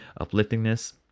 upliftingness